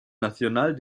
nacional